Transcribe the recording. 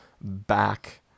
back